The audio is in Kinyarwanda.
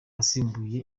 asimbuye